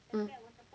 mm